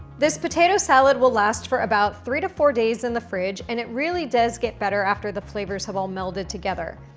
this potato salad will last for about three to four days in the fridge and it really does get better after the flavors have all melded together.